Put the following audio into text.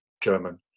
German